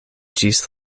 ĝis